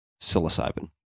psilocybin